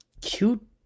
cute